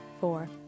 four